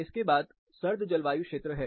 इसके बाद सर्द जलवायु क्षेत्र है